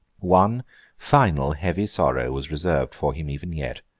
one final heavy sorrow was reserved for him, even yet.